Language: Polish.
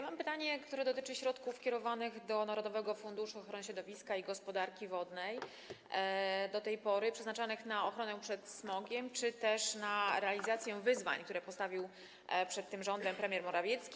Mam pytanie, które dotyczy środków kierowanych do Narodowego Funduszu Ochrony Środowiska i Gospodarki Wodnej, do tej pory przeznaczanych na ochronę przed smogiem czy też na realizację wyzwań, które postawił przed tym rządem premier Morawiecki.